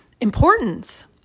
importance